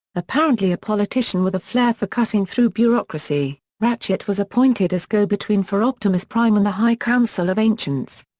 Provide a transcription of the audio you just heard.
apparently a politician with a flair for cutting through bureaucracy, ratchet was appointed as go-between for optimus prime and the high council of ancients.